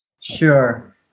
Sure